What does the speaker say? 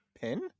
pin